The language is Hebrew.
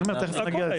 אני אומר, תכף אני אגיע.